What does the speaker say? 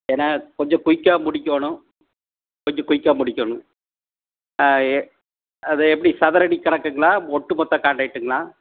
ஏன்னா கொஞ்சம் குயிக்காக முடிக்கணும் கொஞ்சம் குயிக்காக முடிக்கணும் ஆ எப் அது எப்படி சதுரடி கணக்குங்களா ஒட்டு மொத்த காண்ட்ராக்ட்டுங்களா